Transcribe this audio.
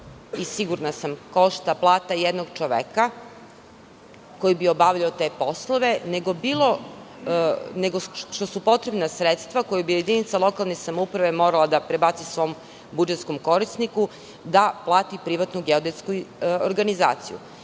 mnogo manje košta plata jednog čoveka koji bi obavljao te poslove, nego što su potrebna sredstva koja bi jedinica lokalne samouprave morala da prebaci svom budžetskom korisniku da plati privatnu geodetsku organizaciju.Za